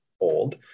old